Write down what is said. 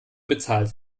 bezahlt